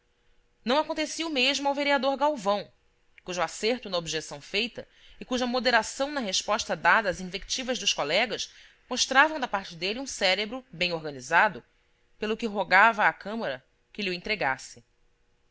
não acontecia o mesmo ao vereador galvão cujo acerto na objeção feita e cuja moderação na resposta dada às invectivas dos colegas mostravam da parte dele um cérebro bem organizado pelo que rogava à câmara que lho entregasse